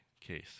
case